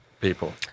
people